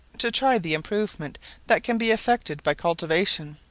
to try the improvement that can be effected by cultivation.